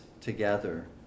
together